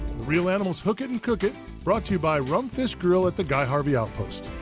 reel animals hook it and cook it brought to you by rumfish grill at the guy harvey outpost.